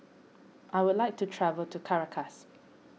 I would like to travel to Caracas